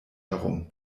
herum